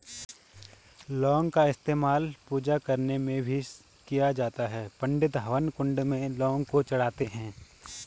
लौंग का इस्तेमाल पूजा करने में भी किया जाता है पंडित हवन कुंड में लौंग को चढ़ाते हैं